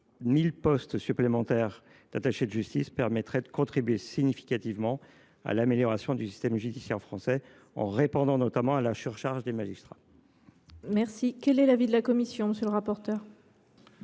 1 000 postes supplémentaires d’attachés de justice permettrait de contribuer significativement à l’amélioration du système judiciaire français, en répondant notamment à la surcharge des magistrats. Quel est l’avis de la commission ? Je le rappelle,